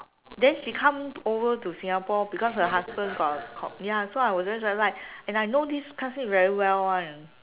then she come over to Singapore because her husband got a ya so I was very like and I know this classmate very well one